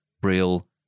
Braille